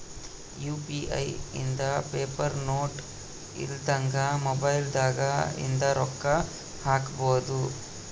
UPI ಇಂದ paper note ಇಲ್ದಂಗ mobile ದಾಗ ಇಂದ ರೊಕ್ಕ ಹಕ್ಬೊದು